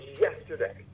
yesterday